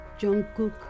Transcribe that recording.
Jungkook